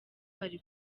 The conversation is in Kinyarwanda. bari